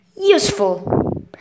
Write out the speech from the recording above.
useful